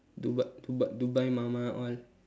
duba~ duba~ dubai மாமா:maamaa all